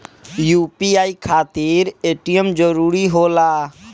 UPI खातिर ATM जरूरी होला?